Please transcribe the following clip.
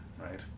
right